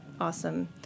awesome